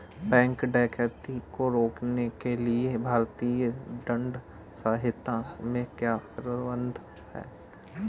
bank डकैती को रोकने के लिए भारतीय दंड संहिता में क्या प्रावधान है